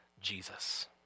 Jesus